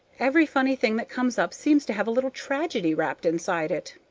every funny thing that comes up seems to have a little tragedy wrapped inside it.